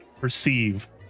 perceive